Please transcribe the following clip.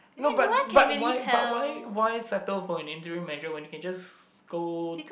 no but but why but why why settle for an interim measure when you can just go